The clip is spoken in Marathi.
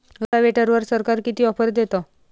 रोटावेटरवर सरकार किती ऑफर देतं?